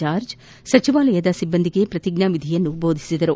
George ಸಚಿವಾಲಯದ ಸಿಬ್ಬಂದಿಗೆ ಪ್ರತಿಜ್ಞಾನಿಧಿಯನ್ನು ಬೋಧಿಸಿದರು